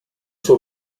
suo